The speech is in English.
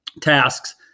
tasks